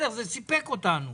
זה סיפק אותנו,